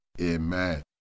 Amen